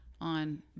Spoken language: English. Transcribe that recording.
on